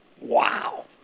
wow